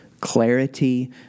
clarity